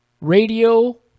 Radio